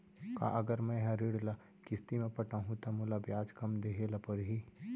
का अगर मैं हा ऋण ल किस्ती म पटाहूँ त मोला ब्याज कम देहे ल परही?